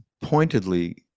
pointedly